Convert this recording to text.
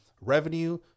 revenue